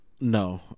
No